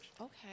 Okay